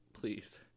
Please